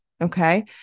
okay